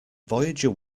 voyager